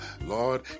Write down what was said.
Lord